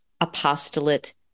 apostolate